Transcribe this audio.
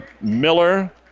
Miller